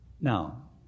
Now